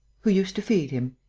who used to feed him?